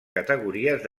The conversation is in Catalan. categories